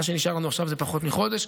מה שנשאר לנו עכשיו זה פחות מחודש.